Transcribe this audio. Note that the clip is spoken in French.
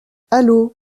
allo